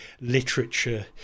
literature